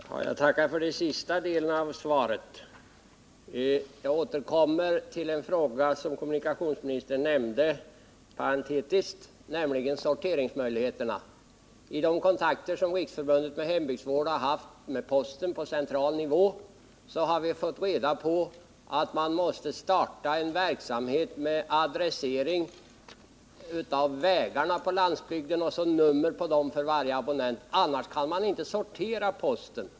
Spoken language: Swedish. Herr talman! Jag tackar för det sista beskedet. Jag återkommer till en fråga som kommunikationsministern nämnde parentetiskt, nämligen sorteringsmöjligheterna. I de kontakter som Riksförbundet för hembygdsvård har haft med posten på central nivå har vi fått reda på att man måste starta en verksamhet med adressering av vägarna på landsbygden och numrering av dem för varje enskild abonnent, eftersom man annars inte kan sortera posten.